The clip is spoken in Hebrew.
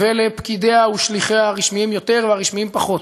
ולפקידיה ושליחיה הרשמיים יותר והרשמיים פחות,